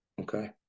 okay